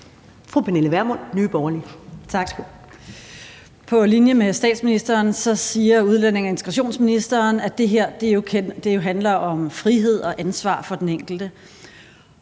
Pernille Vermund (NB): Tak. På linje med statsministeren siger udlændinge- og integrationsministeren, at det her jo handler om frihed og ansvar for den enkelte.